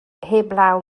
heblaw